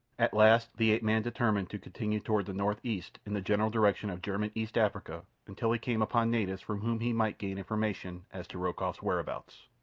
at last the ape-man determined to continue toward the northeast in the general direction of german east africa until he came upon natives from whom he might gain information as to rokoff's whereabouts.